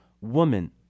woman